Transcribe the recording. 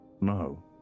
No